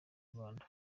rwanda